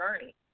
journey